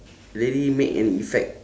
really make an effect